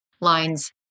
lines